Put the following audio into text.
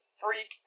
freak